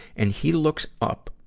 and he looks up,